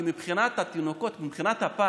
כי מבחינת הפג,